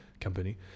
company